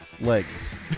Legs